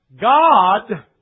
God